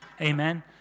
Amen